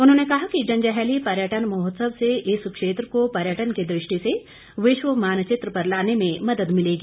उन्होंने कहा कि जंजैहली पर्यटन महोत्सव से इस क्षेत्र को पर्यटन की दृष्टि से विश्व मानचित्र पर लाने में मदद मिलेगी